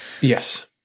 Yes